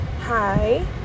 hi